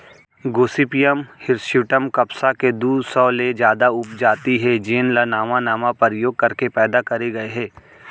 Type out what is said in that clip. Gossypium hirsutum कपसा के दू सौ ले जादा उपजाति हे जेन ल नावा नावा परयोग करके पैदा करे गए हे